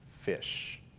fish